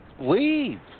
Leave